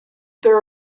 there